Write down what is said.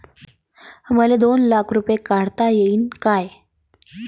मले दोन लाख रूपे काढता येईन काय?